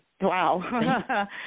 Wow